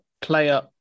player